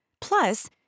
Plus